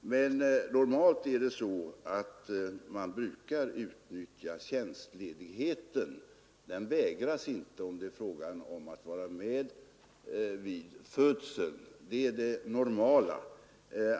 Normalt brukar man emellertid utnyttja tjänstledigheten, och den brukar beviljas om det är fråga om att vara med vid barnets födelse. Det är det normala.